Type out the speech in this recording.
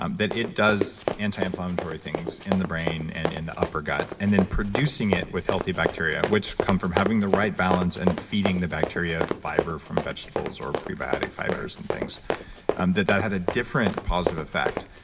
um that it does anti-inflammatory things in the brain and in the upper gut and then producing it with healthy bacteria which come from having the right balance and feeding the bacteria of fiber from vegetables or prebiotic fibers and things um that, that had a different positive effect.